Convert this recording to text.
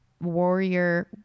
warrior